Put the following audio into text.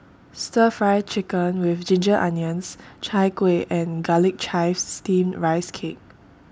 Stir Fry Chicken with Ginger Onions Chai Kueh and Garlic Chives Steamed Rice Cake